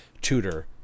tutor